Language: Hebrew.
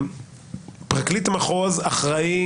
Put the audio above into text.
פרקליט מחוז אחראי